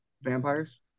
Vampires